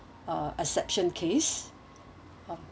uh exception case